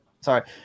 sorry